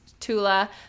Tula